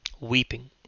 Weeping